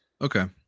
okay